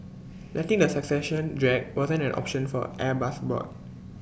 letting the succession drag wasn't an option for Airbus's board